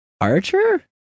Archer